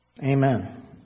Amen